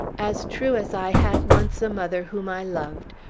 as true as i had once a mother whom i loved,